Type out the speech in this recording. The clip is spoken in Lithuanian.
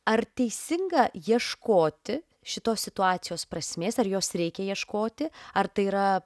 ar teisinga ieškoti šitos situacijos prasmės ar jos reikia ieškoti ar tai yra